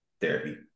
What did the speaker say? therapy